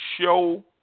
show